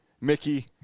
Mickey